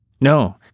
No